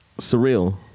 Surreal